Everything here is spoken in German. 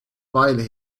weile